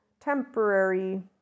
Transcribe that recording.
temporary